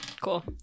Cool